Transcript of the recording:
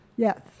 Yes